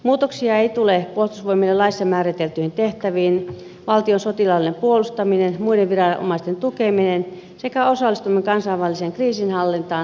muutoksia ei tule puolustusvoimille laissa määriteltyihin tehtäviin valtion sotilaallinen puolustaminen muiden viranomaisten tukeminen sekä osallistuminen kansainväliseen kriisinhallintaan säilyvät